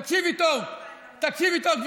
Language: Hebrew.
תקשיבי טוב, גברתי,